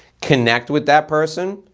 connect with that person,